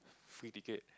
free ticket